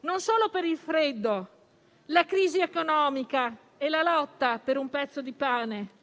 non solo per il freddo, la crisi economica e la lotta per un pezzo di pane.